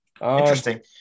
Interesting